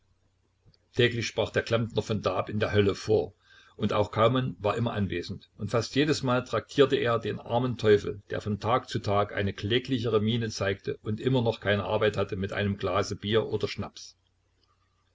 täglich sprach der klempner von da ab in der hölle vor und auch kaumann war immer anwesend und fast jedesmal traktierte er den armen teufel der von tag zu tag eine kläglichere miene zeigte und immer noch keine arbeit hatte mit einem glase bier oder schnaps